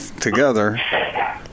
together